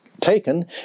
taken